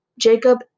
Jacob